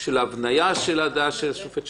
של ההבניה של הדעה של השוטר,